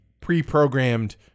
pre-programmed